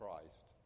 Christ